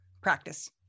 Practice